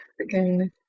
Again